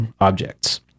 objects